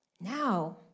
now